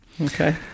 Okay